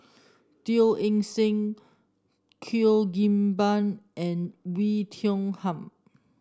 Teo Eng Seng Cheo Kim Ban and Oei Tiong Ham